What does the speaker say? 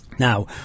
Now